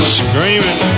screaming